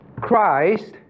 Christ